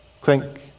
Clink